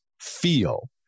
feel